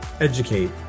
educate